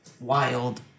wild